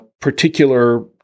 particular